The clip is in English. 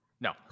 No